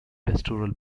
pastoral